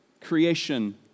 creation